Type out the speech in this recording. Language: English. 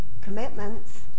commitments